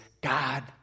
God